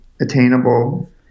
attainable